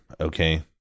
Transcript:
okay